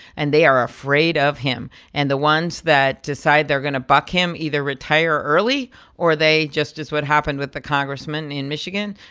and they are afraid of him. and the ones that decide they're going to buck him either retire early or they, just as what happened with the congressman in michigan,